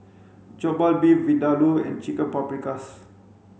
Jokbal Beef Vindaloo and Chicken Paprikas